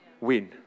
win